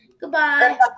Goodbye